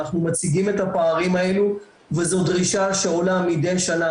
אנחנו מציגים את הפערים האלו וזו דרישה שעולה מידי שנה,